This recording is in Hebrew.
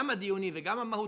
גם הדיוני וגם המהותי,